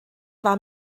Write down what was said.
war